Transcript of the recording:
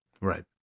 Right